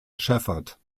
shepherd